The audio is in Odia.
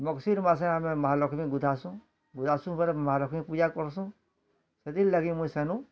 ମଗଶିର୍ ମାସେ ଆମେ ମହାଲକ୍ଷ୍ମି ଗୁଧାଁସୁ ଗୁଧାଁସୁ ବଏଲେ ମହାଲକ୍ଷ୍ମି ପୂଜା କର୍ସୁଁ ସେଥିର୍ ଲାଗି ମୁଇଁ ସେନୁ